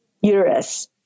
uterus